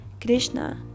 Krishna